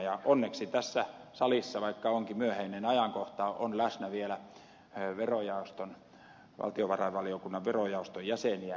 ja onneksi tässä salissa vaikka onkin myöhäinen ajankohta on läsnä vielä valtiovarainvaliokunnan verojaoston jäseniä